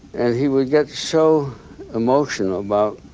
and he would get so emotional about